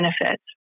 benefits